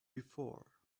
before